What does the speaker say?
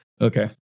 Okay